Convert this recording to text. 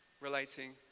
relating